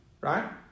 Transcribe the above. right